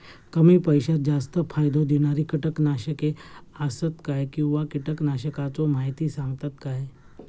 कमी पैशात जास्त फायदो दिणारी किटकनाशके आसत काय किंवा कीटकनाशकाचो माहिती सांगतात काय?